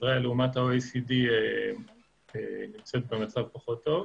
ישראל לעומת ה-OECD נמצאת במצב פחות טוב.